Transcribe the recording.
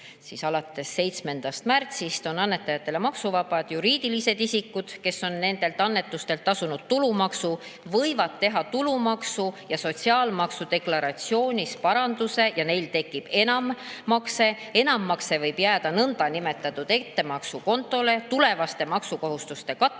alates 7. märtsist, on annetajatele maksuvabad. Juriidilised isikud, kes on nendelt annetustelt tasunud tulumaksu, võivad teha tulumaksu ja sotsiaalmaksu deklaratsioonis paranduse ja neil tekib enammakse. Enammakse võib jääda ettemaksukontole tulevaste maksukohustuste katteks,